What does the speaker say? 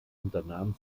unternahm